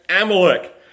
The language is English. Amalek